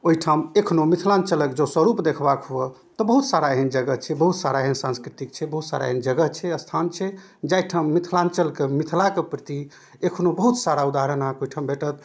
ओहिठाम एखनो मिथिलाञ्चलके जँ स्वरूप देखबाके हुअए तऽ बहुत सारा एहन जगह छै बहुत सारा एहन साँस्कृतिक छै बहुत सारा एहन जगह छै अस्थान छै जहि ठाम मिथिलाञ्चलके मिथिलाके प्रति एखनो बहुत सारा उदाहरण अहाँके ओहिठाम भेटत